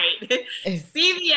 CVS